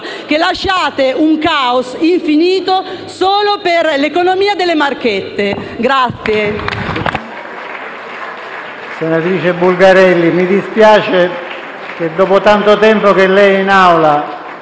che lasciate un caos infinito solo per l'economia delle marchette.